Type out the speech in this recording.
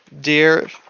dear